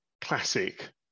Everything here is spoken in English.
classic